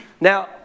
Now